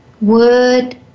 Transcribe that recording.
word